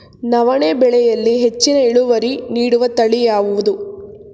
ನವಣೆ ಬೆಳೆಯಲ್ಲಿ ಹೆಚ್ಚಿನ ಇಳುವರಿ ನೀಡುವ ತಳಿ ಯಾವುದು?